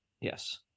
yes